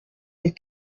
des